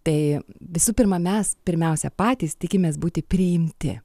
tai visų pirma mes pirmiausia patys tikimės būti priimti